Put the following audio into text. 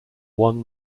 one